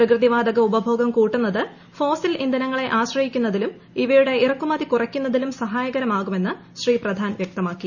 പ്രകൃതി വാതക ഉപഭോഗം കൂട്ടുന്നത് ഫോസിൽ ഇന്ധനങ്ങളെ ആശ്രയിക്കുന്നതിലും ഇവയുടെ ഇറക്കുമതി കുറയ്ക്കുന്നതിലും സഹായകരമാകുമെന്ന് ശ്രീ പ്രധാൻ വൃക്തമാക്കി